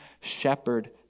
shepherd